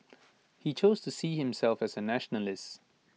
he chose to see himself as A nationalist